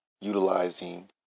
utilizing